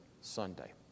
Sunday